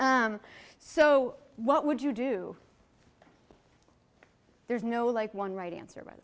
me so what would you do there's no like one right answer